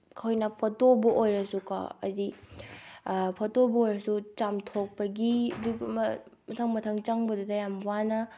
ꯑꯩꯈꯣꯏꯅ ꯐꯣꯇꯣꯕꯨ ꯑꯣꯏꯔꯁꯨꯀꯣ ꯍꯥꯏꯗꯤ ꯐꯣꯇꯣꯕꯨ ꯑꯣꯏꯔꯁꯨ ꯆꯥꯝꯊꯣꯛꯄꯒꯤ ꯑꯗꯨꯒꯨꯝꯕ ꯃꯊꯪ ꯃꯊꯪ ꯆꯪꯕꯗꯨꯗ ꯌꯥꯝ ꯋꯥꯅ